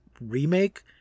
remake